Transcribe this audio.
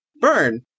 Burn